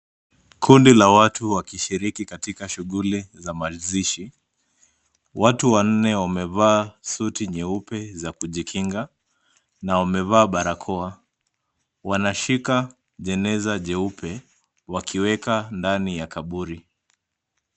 Kundi la watu wakishiriki katika shughuli za mazishi. Watu wanne wamevaa suti nyeupe za kujikinga na wamevaa barakoa .Wanashika jeneza jeupe wakiweka ndani ya kaburi.